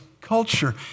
culture